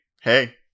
hey